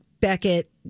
Beckett